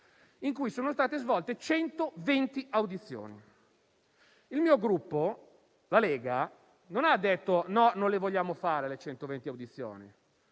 per cui sono state svolte 120 audizioni. Il mio Gruppo, la Lega, non ha detto di non voler fare 120 audizioni.